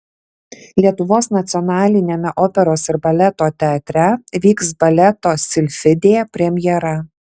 lietuvos nacionaliniame operos ir baleto teatre vyks baleto silfidė premjera